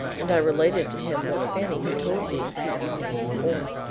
and i related to him what fanny had told me a few evenings before.